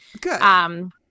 Good